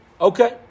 Okay